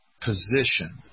position